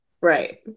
Right